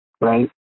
Right